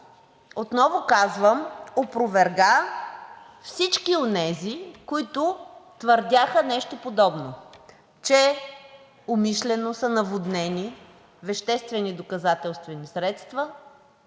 отново казвам, опроверга всички онези, които твърдяха нещо подобно, че умишлено са наводнени веществени доказателствени средства